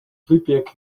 wypiek